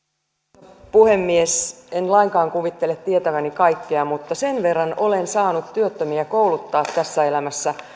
arvoisa puhemies en lainkaan kuvittele tietäväni kaikkea mutta sen verran olen saanut työttömiä kouluttaa tässä elämässä